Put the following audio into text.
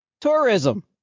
Tourism